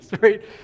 right